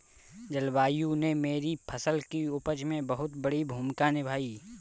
जलवायु ने मेरी फसल की उपज में बहुत बड़ी भूमिका निभाई